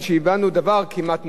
תודה רבה.